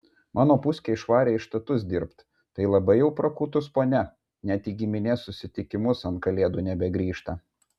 mano puskė išvarė į štatus dirbt tai labai jau prakutus ponia net į giminės susitikimus ant kalėdų nebegrįžta